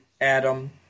Adam